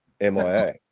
MIA